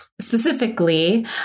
Specifically